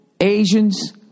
Asians